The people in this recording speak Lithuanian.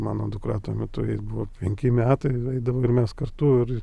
mano dukra tuo metu buvo penki metai eidavo ir mes kartu ir